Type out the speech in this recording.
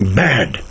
bad